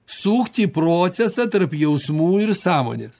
sukti procesą tarp jausmų ir sąmonės